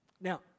Now